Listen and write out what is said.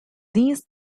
these